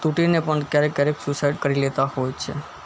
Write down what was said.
તૂટીને પણ ક્યારેક ક્યારેક સ્યૂસાઇડ કરી લેતા હોય છે